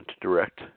direct